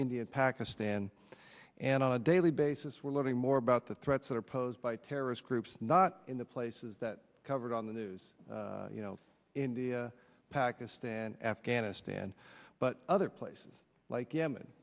india and pakistan and on a daily basis we're learning more about the threats that are posed by terrorist groups not in the places that covered on the news you know india pakistan afghanistan but other places like yemen